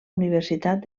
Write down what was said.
universitat